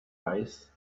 eyes